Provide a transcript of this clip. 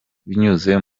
binyuze